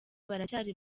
baracyari